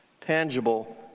tangible